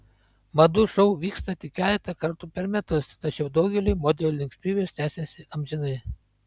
madų šou vyksta tik keletą kartų per metus tačiau daugeliui modelių linksmybės tęsiasi amžinai